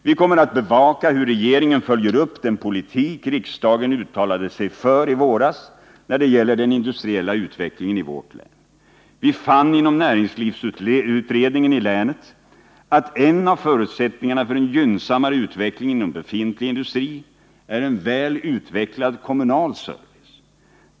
Vi kommer att bevaka hur regeringen följer upp den politik riksdagen uttalade sig för i våras när det gäller den industriella utvecklingen i vårt län. Vi fann inom näringslivsutredningen i länet att en av förutsättningarna för en gynnsammare utveckling inom befintlig industri är en väl utvecklad kommunal service.